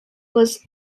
was